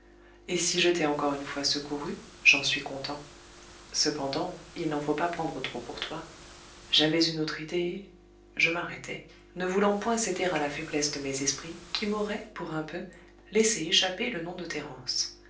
et si je t'ai encore une fois secouru j'en suis content cependant il n'en faut pas prendre trop pour toi j'avais une autre idée je m'arrêtai ne voulant point céder à la faiblesse de mes esprits qui m'aurait pour un peu laissé échapper le nom de thérence